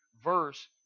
verse